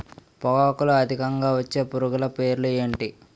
పొగాకులో అధికంగా వచ్చే పురుగుల పేర్లు ఏంటి